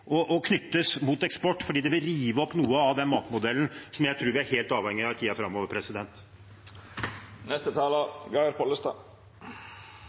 og knyttes opp mot eksport, for det vil rive opp noe av den matmodellen som jeg tror vi er helt avhengige av i tiden framover.